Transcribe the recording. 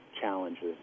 challenges